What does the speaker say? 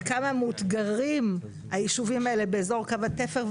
כמה מאותגרים היישובים האלה באזור קו התפר,